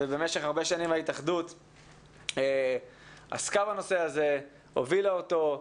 ‏במשך הרבה שנים ההתאחדות עסקה בנושא הזה והובילה אותו.